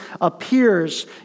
appears